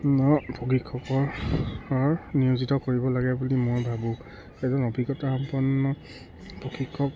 প্ৰশিক্ষকৰ নিয়োজিত কৰিব লাগে বুলি মই ভাবোঁ এজন অভিজ্ঞতা সম্পন্ন প্ৰশিক্ষক